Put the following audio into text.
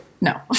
no